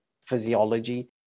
physiology